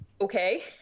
Okay